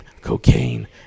cocaine